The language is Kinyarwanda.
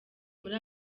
muri